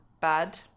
bad